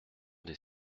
des